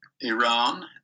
Iran